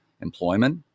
employment